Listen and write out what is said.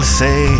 say